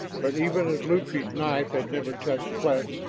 but even as lupe's knife had never touched flesh,